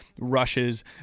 rushes